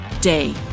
day